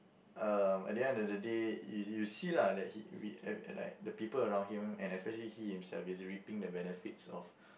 uh at the end of the day y~ you see lah that he uh like the people around him and especially he himself is reaping the benefits of